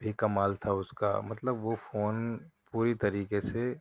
بھی کمال تھا اس کا مطلب وہ فون پوری طریقے سے